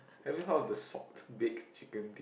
have you heard of the salt baked chicken